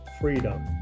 freedom